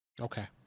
okay